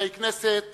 חברי הכנסת